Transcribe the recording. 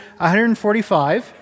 145